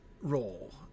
role